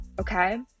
Okay